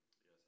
Yes